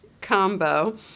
combo